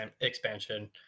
expansion